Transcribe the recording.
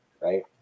Right